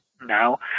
now